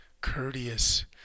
courteous